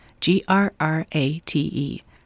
G-R-R-A-T-E